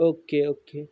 okay okay